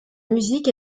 musique